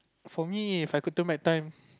for me If I could turn back time